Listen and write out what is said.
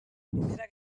primera